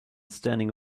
standing